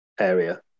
area